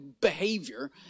behavior